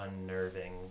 unnerving